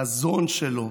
החזון שלו,